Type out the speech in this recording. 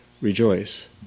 rejoice